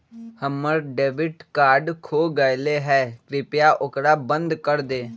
हम्मर debit card खो गयले है, कृपया ओकरा बंद कर दे